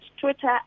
Twitter